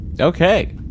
Okay